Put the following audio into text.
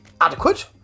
adequate